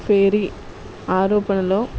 fairy ఆరోపణలో